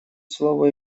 слово